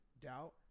doubt